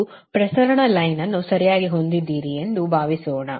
ನೀವು ಪ್ರಸರಣ ಮಾರ್ಗವನ್ನು ಸರಿಯಾಗಿ ಹೊಂದಿದ್ದೀರಿ ಎಂದು ಭಾವಿಸೋಣ